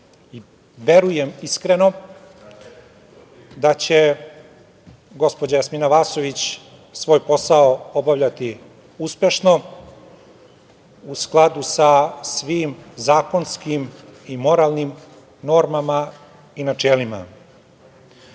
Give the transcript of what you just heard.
verujem iskreno da će gospođa Jasmina Vasović svoj posao obavljati uspešno, u skladu sa svim zakonskim i moralnim normama i načelima. Svako